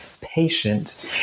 patient